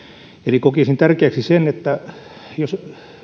eli kokisin tärkeäksi sen että jos